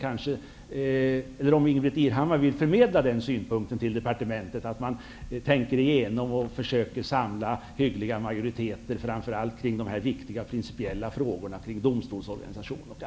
Kan Ingbritt Irhammar förmedla synpunkten till departementet att tänka igenom och försöka samla hyggliga majoriteter i de viktiga principiella frågorna om domstolsorganisationen?